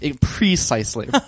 precisely